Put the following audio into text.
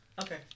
Okay